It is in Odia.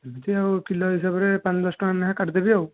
ଏମିତି ଆଉ କିଲୋ ହିସାବରେ ପାଞ୍ଚ ଦଶ ଟଙ୍କା ଲେଖା କାଟିଦେବି ଆଉ